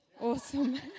Awesome